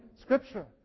Scripture